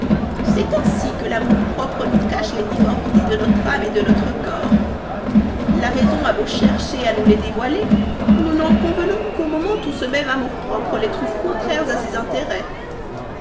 c'est ainsi que l'amour-propre nous cache les difformités de notre âme et de notre corps la raison a beau chercher à nous les dévoiler nous n'en convenons qu'au moment où ce même amour-propre les trouve contraires à ses intérêts